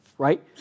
right